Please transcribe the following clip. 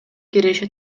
киреше